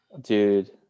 Dude